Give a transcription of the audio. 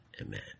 amen